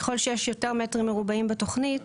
ככל שיש יותר מטרים מרובעים בתוכנית,